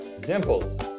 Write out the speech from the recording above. Dimples